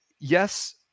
yes